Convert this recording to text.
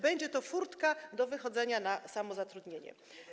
będzie to furtka do wychodzenia na samozatrudnienie.